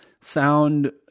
sound